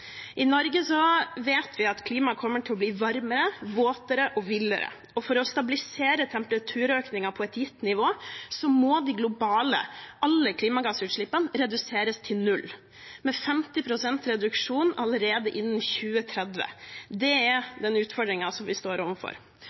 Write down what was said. I Norge vet vi at klimaet kommer til å bli varmere, våtere og villere. For å stabilisere temperaturøkningen på et gitt nivå må alle de globale klimagassutslippene reduseres til null, med 50 pst. reduksjon allerede innen 2030. Det er den utfordringen vi står overfor.